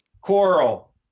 Coral